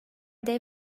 dev